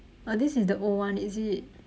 oh this is the old one is it